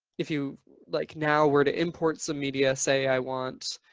if you like now were to import some media, say i want